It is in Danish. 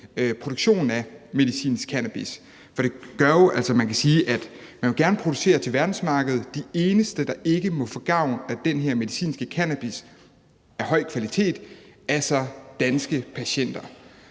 produktionen af medicinsk cannabis. For det gør jo, at man siger, at man gerne vil producere til verdensmarkedet; men de eneste, der ikke må få gavn af den her medicinske cannabis af høj kvalitet, er så danske patienter.